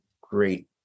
great